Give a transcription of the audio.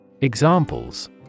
Examples